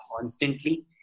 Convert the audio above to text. constantly